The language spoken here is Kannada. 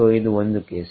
ಸೋ ಇದು ಒಂದು ಕೇಸ್